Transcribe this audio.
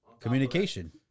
Communication